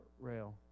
rail